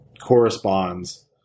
corresponds